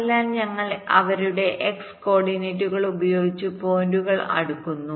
അതിനാൽ ഞങ്ങൾ അവരുടെ x കോർഡിനേറ്റുകൾ ഉപയോഗിച്ച് പോയിന്റുകൾ അടുക്കുന്നു